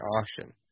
Auction